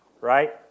right